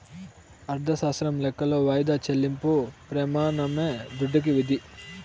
అర్ధశాస్త్రం లెక్కలో వాయిదా చెల్లింపు ప్రెమానమే దుడ్డుకి విధి